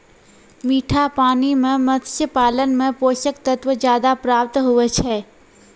मीठा पानी मे मत्स्य पालन मे पोषक तत्व ज्यादा प्राप्त हुवै छै